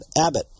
Abbott